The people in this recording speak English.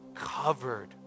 covered